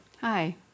Hi